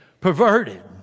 perverted